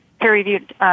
peer-reviewed